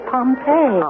Pompeii